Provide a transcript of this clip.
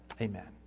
amen